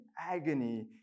agony